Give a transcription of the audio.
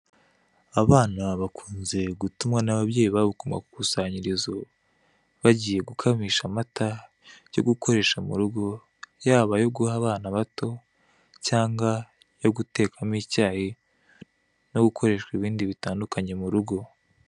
Abana bakunze gutumwa n'ababyeyi babo ku makusanyirizo bagiye gukamisha amata yo gukoresha mu rugo yaba ayo guha abana bato cyangwa ayo gutekamo icyayi no gukoreshwa ibindi bitandukanye mu rugo.